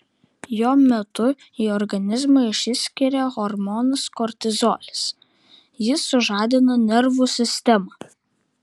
jo metu į organizmą išsiskiria hormonas kortizolis jis sužadina nervų sistemą